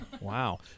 Wow